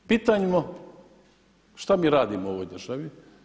Pitajmo što mi radimo u ovoj državi?